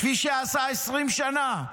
כפי שעשה 20 שנה,